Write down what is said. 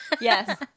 Yes